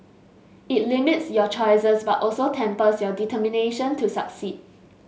it limits your choices but also tempers your determination to succeed